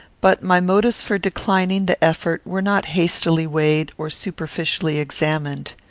but my motives for declining the effort were not hastily weighed or superficially examined.